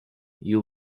you